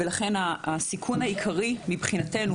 לכן הסיכון העיקרי מבחינתנו,